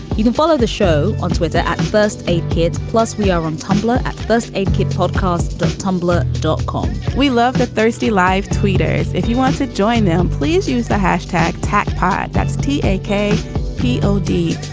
you can follow the show on twitter at first. eight. plus, we ah are on um tumblr at first aid kit podcast, the tumblr dot com we love that thirsty live tweeters. if you want to join them, please use the hashtag trackpad. that's t a k p o d.